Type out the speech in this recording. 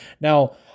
Now